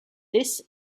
this